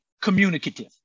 communicative